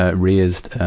ah raised,